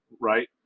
right